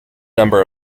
number